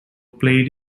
played